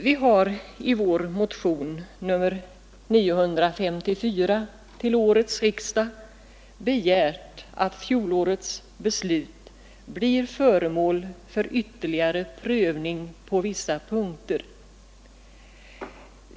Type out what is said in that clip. Vi har i vår motion nr 954 till årets riksdag begärt att fjolårets beslut blir föremål för ytterligare prövning på vissa punkter.